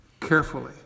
Carefully